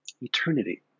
Eternity